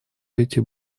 эти